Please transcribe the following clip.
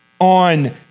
on